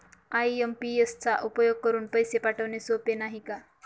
IMPS चा उपयोग करुन पैसे पाठवणे सोपे आहे, नाही का